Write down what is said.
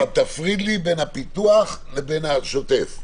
עוד פעם, תפריד לי בין הפיתוח לבין השוטף.